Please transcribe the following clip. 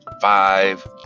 five